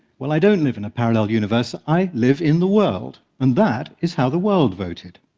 well, i don't live in a parallel universe. i live in the world, and that is how the world voted.